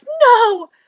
no